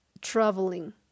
traveling